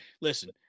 listen